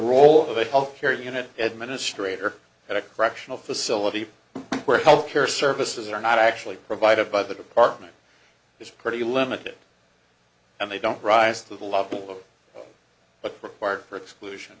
role of a health care unit administrators at a correctional facility where health care services are not actually provided by the department it's pretty limited and they don't rise to the level of but required for exclusion